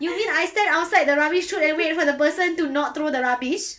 you mean I stand outside the rubbish chute and wait for the person to not throw the rubbish